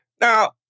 Now